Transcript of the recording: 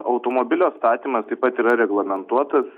automobilio statymas taip pat yra reglamentuotas